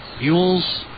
Mules